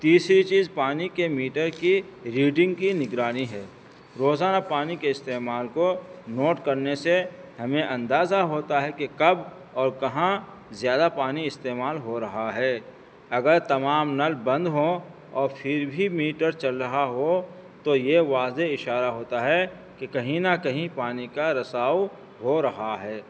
تیسری چیز پانی کے میٹر کی ریڈنگ کی نگرانی ہے روزانہ پانی کے استعمال کو نوٹ کرنے سے ہمیں اندازہ ہوتا ہے کہ کب اور کہاں زیادہ پانی استعمال ہو رہا ہے اگر تمام نل بند ہوں اور پھر بھی میٹر چل رہا ہو تو یہ واضح اشارہ ہوتا ہے کہ کہیں نہ کہیں پانی کا رساؤ ہو رہا ہے